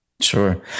Sure